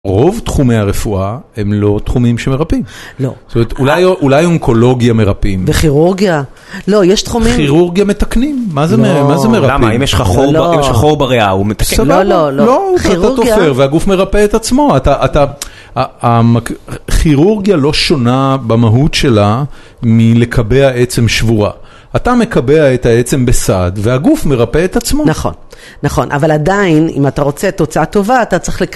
רוב תחומי הרפואה הם לא תחומים שמרפאים. לא. זאת אומרת, אולי אונקולוגיה מרפאים. וכירורגיה, לא, יש תחומים… כירורגיה מתקנים. מה זה מרפאים? למה, אם יש לך חור בריאה, הוא מתקן? לא, לא, לא. כירורגיה. תופר והגוף מרפא את עצמו. אתה אתה הכירורגיה לא שונה במהות שלה מלקבע עצם שבורה. אתה מקבע את העצם בסד, והגוף מרפא את עצמו. נכון, נכון, אבל עדיין אם אתה רוצה תוצאה טובה, אתה צריך